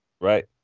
Right